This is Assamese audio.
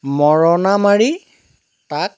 মৰণা মাৰি তাত